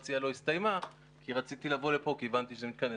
הסיעה לא הסתיימה כי רציתי לבוא לפה כי הבנתי שזה מתכנס.